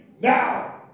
now